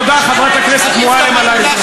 תודה, חברת הכנסת מועלם, על העזרה.